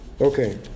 okay